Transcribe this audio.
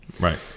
Right